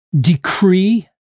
decree